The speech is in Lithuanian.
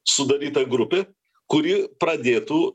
sudaryta grupė kuri pradėtų